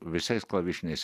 visais klavišiniais